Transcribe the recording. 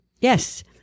Yes